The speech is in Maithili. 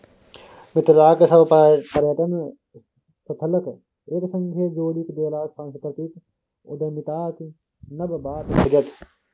मिथिलाक सभ पर्यटन स्थलकेँ एक संगे जोड़ि देलासँ सांस्कृतिक उद्यमिताक नब बाट खुजत